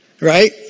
Right